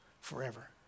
forever